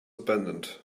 abandoned